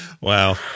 wow